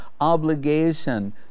obligation